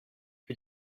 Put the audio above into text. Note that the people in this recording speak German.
für